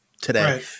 Today